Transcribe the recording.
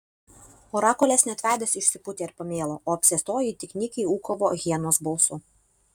orakulės net veidas išsipūtė ir pamėlo o apsėstoji tik nykiai ūkavo hienos balsu